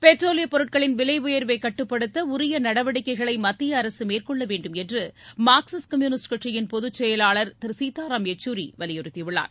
பெட்ரோலியப் பொருட்களின் விலை உயர்வை கட்டுப்படுத்த உரிய நடவடிக்கைகளை மத்திய அரசு மேற்கொள்ள வேண்டும் என்று மார்க்சிஸ்ட் கம்யூனிஸ்ட் கட்சியின் பொதுச் செயலாளர் திரு சீதாராம் எச்சூரி வலியுறுத்தி உள்ளார்